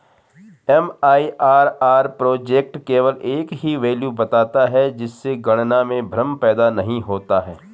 MIRR project केवल एक ही वैल्यू बताता है जिससे गणना में भ्रम पैदा नहीं होता है